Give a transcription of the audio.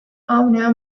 avroya